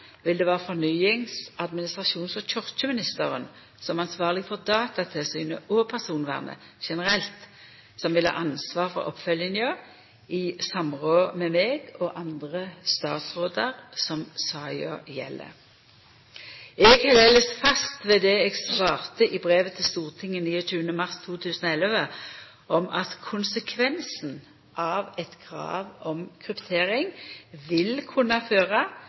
vil det vera fornyings-, administrasjons- og kyrkjeministeren som ansvarleg for Datatilsynet og personvernet generelt som vil ha ansvaret for oppfølginga i samråd med meg og andre statsrådar som saka gjeld. Eg held elles fast ved det eg svarte i brevet til Stortinget 29. mars 2011 om at konsekvensen av eit krav om kryptering vil kunna føra